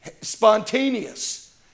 spontaneous